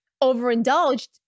overindulged